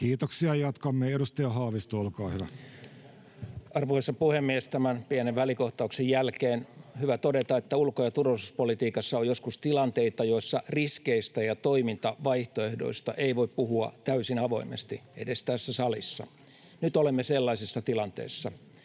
torjumiseksi Time: 13:30 Content: Arvoisa puhemies! Tämän pienen välikohtauksen jälkeen on hyvä todeta, että ulko- ja turvallisuuspolitiikassa on joskus tilanteita, joissa riskeistä ja toimintavaihtoehdoista ei voi puhua täysin avoimesti edes tässä salissa. Nyt olemme sellaisessa tilanteessa.